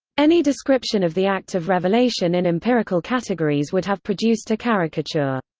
any description of the act of revelation in empirical categories would have produced a caricature.